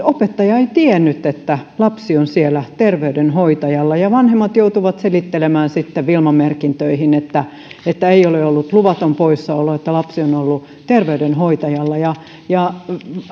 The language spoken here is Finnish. opettaja ei tiennyt että lapsi on siellä terveydenhoitajalla ja vanhemmat joutuvat selittelemään sitten wilma merkintöihin että että ei ole ollut luvaton poissaolo että lapsi on ollut terveydenhoitajalla kun